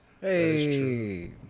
Hey